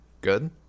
Good